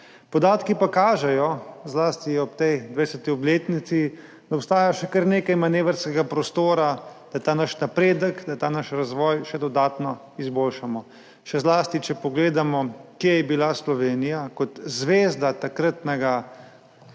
Podatki pa kažejo, zlasti ob tej 20. obletnici, da obstaja še kar nekaj manevrskega prostora, da ta naš napredek, da ta naš razvoj še dodatno izboljšamo, še zlasti, če pogledamo, kje je bila Slovenija kot zvezda takratnega